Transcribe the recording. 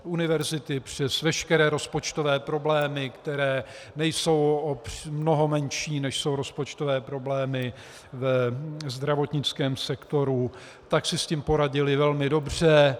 Univerzity přes veškeré rozpočtové problémy, které nejsou o mnoho menší, než jsou rozpočtové problémy v zdravotnickém sektoru, si s tím poradily velmi dobře.